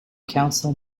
council